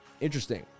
Interesting